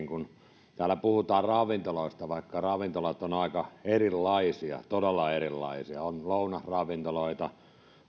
kun täällä yleisellä tasollakin puhutaan ravintoloista vaikka ravintolat ovat aika erilaisia todella erilaisia on lounasravintoloita